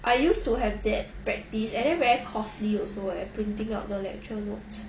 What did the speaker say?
I used to have that practice and then very costly also eh printing out the lecture notes